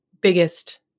biggest